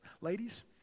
ladies